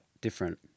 different